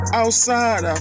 outside